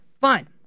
Fine